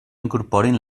incorporin